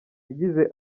yagize